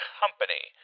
company